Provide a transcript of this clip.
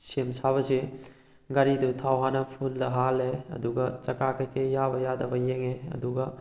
ꯁꯦꯝ ꯁꯥꯕꯁꯦ ꯒꯥꯔꯤꯗꯨ ꯊꯥꯎ ꯍꯥꯟꯅ ꯐꯨꯜꯗ ꯍꯥꯜꯂꯦ ꯑꯗꯨꯒ ꯆꯀꯥ ꯀꯩꯀꯩ ꯌꯥꯕ ꯌꯥꯗꯕ ꯌꯦꯡꯉꯦ ꯑꯗꯨꯒ